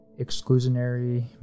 exclusionary